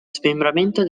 smembramento